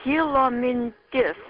kilo mintis